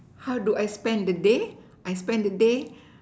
how do I spend the day I spend the day